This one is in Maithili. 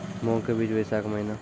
मूंग के बीज बैशाख महीना